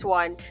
one